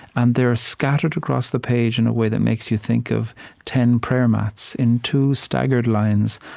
and they're ah scattered across the page in a way that makes you think of ten prayer mats in two staggered lines,